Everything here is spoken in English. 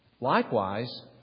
Likewise